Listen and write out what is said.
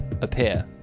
appear